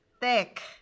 thick